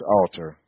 altar